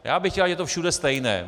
Já bych chtěl, ať je to všude stejné.